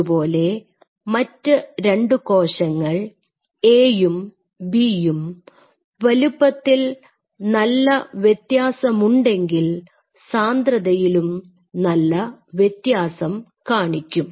അതുപോലെ മറ്റ് രണ്ടു കോശങ്ങൾ Aയും Bയും വലുപ്പത്തിൽ നല്ല വ്യത്യാസമുണ്ടെങ്കിൽ സാന്ദ്രതയിലും നല്ല വ്യത്യാസം കാണിക്കും